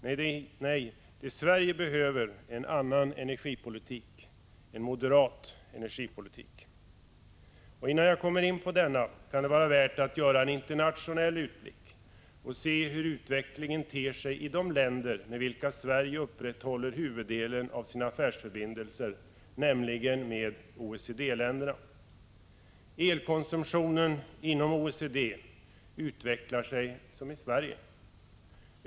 Nej, det Sverige behöver är en annan energipolitik — en moderat energipolitik. Innan jag kommer in på denna, kan det vara värt att göra en internationell utblick och se hur utvecklingen ter sig i de länder med vilka Sverige upprätthåller huvuddelen av sina affärsförbindelser, nämligen OECD länderna. Elkonsumtionen inom OECD utvecklar sig som motsvarande konsumtion i Sverige.